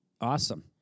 Awesome